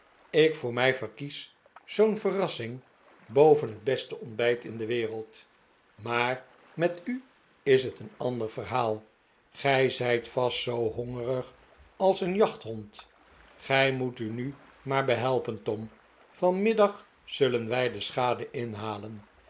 ik voor mij verkies zoo'n verrassing boven het beste ontbijt in de wereld maar met u is het een ander geval gij zijt vast zoo hongerig als een jachthond gij moet u nu maar behelpen tom vanmiddag zullen wij de schade inhalen